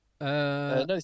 No